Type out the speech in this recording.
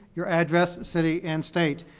your address, city and state.